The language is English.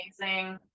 Amazing